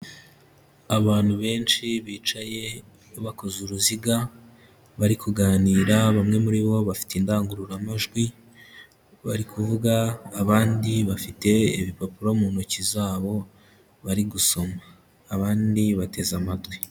Abantu benshi bicaye bakoze uruziga, bari kuganira bamwe muri bo bafite indangururamajwi bari kuvuga, abandi bafite ibipapuro mu ntoki zabo bari gusoma. Abandi bateze amatwi.